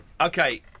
Okay